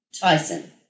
Tyson